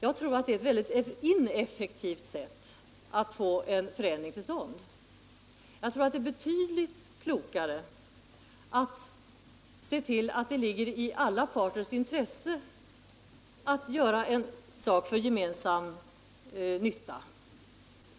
Jag tror att det är ett väldigt ineffektivt sätt att få en förändring till stånd. Det är betydligt klokare att se till, att det ligger i alla parters 135 intresse att arbeta för gemensam nytta.